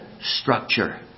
structure